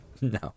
No